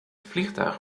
vliegtuig